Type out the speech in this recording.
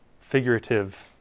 figurative